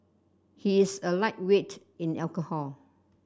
he is a lightweight in alcohol